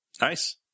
Nice